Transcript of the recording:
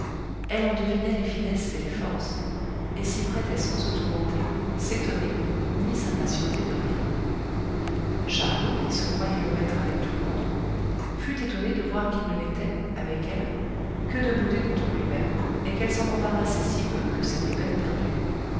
elle en devinait les finesses et les forces et s'y prêtait sans se tourmenter s'étonner ni s'impatienter de rien charlot qui se croyait le maître avec tout le monde fut étonné de voir qu'il ne l'était avec elle que de bouder contre lui-même et qu'elle s'en embarrassait si peu que c'était peine perdue